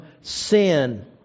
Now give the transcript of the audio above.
sin